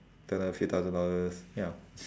don't know a few thousand dollars ya